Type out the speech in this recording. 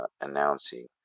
announcing